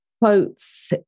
quotes